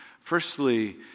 Firstly